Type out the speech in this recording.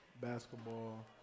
basketball